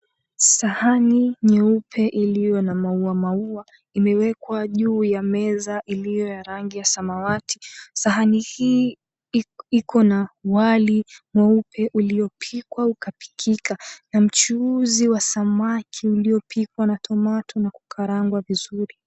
Sahani nyeupe iliyo na maua maua imewekwa juu ya meza iliyo ya rangi ya samawati. Sahani hii iko na wali mweupe uliopikwa ukapikika na mchuzi wa samaki uliopikwa na tomato na kukarangwa vizuri.